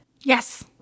Yes